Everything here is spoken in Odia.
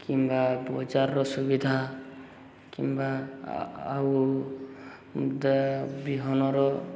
କିମ୍ବା ବଜାରର ସୁବିଧା କିମ୍ବା ଆଉ ବିହନର